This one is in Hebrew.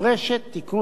יתירה מזו,